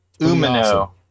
Umino